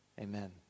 Amen